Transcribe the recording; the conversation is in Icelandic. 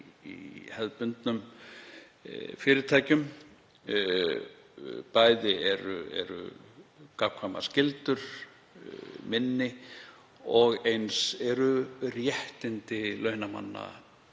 í hefðbundnum fyrirtækjum. Bæði eru gagnkvæmar skyldur minni og eins eru réttindi launamanna